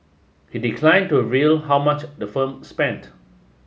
he declined to reveal how much the firm spent